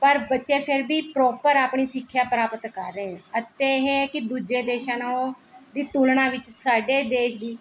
ਪਰ ਬੱਚੇ ਫਿਰ ਵੀ ਪ੍ਰੋਪਰ ਆਪਣੀ ਸਿੱਖਿਆ ਪ੍ਰਾਪਤ ਕਰ ਰਹੇ ਅਤੇ ਇਹ ਹੈ ਕਿ ਦੂਜੇ ਦੇਸ਼ਾਂ ਨਾਲੋਂ ਦੀ ਤੁਲਨਾ ਵਿੱਚ ਸਾਡੇ ਦੇਸ਼ ਦੀ